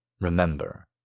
Remember